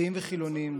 דתיים וחילונים,